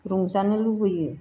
रंजानो लुबैयो